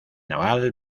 naval